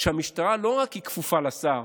שהמשטרה לא רק כפופה לשר,